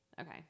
Okay